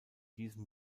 diesem